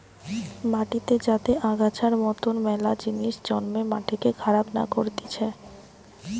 মাটিতে যাতে আগাছার মতন মেলা জিনিস জন্মে মাটিকে খারাপ না করতিছে